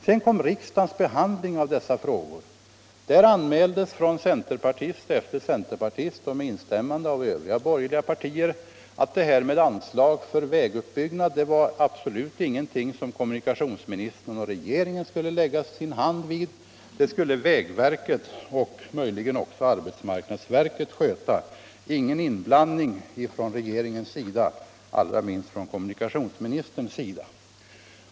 Vid riksdagens behandling av denna fråga anmälde centerpartist efter centerpartist med instämmande av representanter för övriga borgerliga partier att anslaget för väguppbyggnad inte var någonting som regeringen och kommunikationsministern skulle lägga sin hand vid — det skuile vägverket och möjligen också arbetsmarknadsverket sköta utan inblandning från regeringens och särskilt kommunikationsministerns sida.